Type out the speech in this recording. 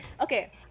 okay